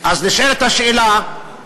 אז נשאלת השאלה, מדוע,